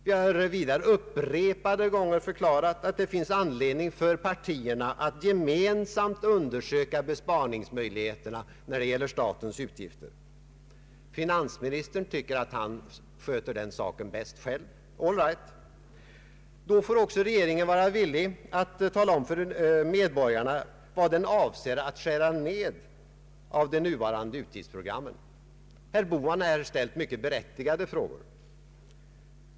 Vi har vidare upprepade gånger förklarat att det finns anledning för partierna att gemensamt undersöka besparingsmöjligheterna när det gäller statens utgifter. Finansministern tycker att han sköter den saken bäst själv. All right! Då får också regeringen vara villig att tala om för medborgarna vad den avser att skära ned av det nuvarande utgiftsprogrammet. Herr Bohman ställde mycket be rättigade frågor.